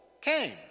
came